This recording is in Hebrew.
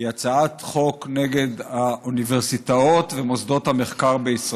היא הצעת חוק נגד האוניברסיטאות ומוסדות המחקר בישראל.